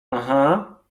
aha